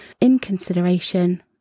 inconsideration